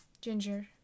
Ginger